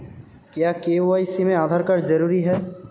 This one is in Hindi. क्या के.वाई.सी में आधार कार्ड जरूरी है?